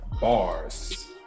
bars